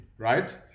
Right